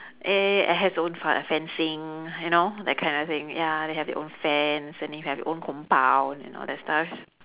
eh it has own fe~ fencing you know that kind of thing ya you have the own fence and you have the own compound and all that stuff